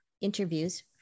interviews